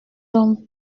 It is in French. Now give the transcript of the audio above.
donc